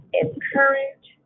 encourage